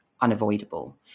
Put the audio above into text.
unavoidable